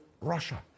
Russia